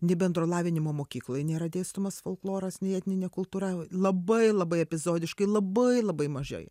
nei bendro lavinimo mokykloj nėra dėstomas folkloras nei etninė kultūra labai labai epizodiškai labai labai mažai